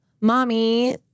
Mommy